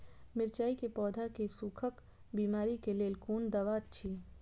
मिरचाई के पौधा के सुखक बिमारी के लेल कोन दवा अछि?